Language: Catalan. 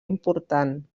important